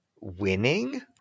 Winning